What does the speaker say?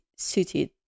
Suited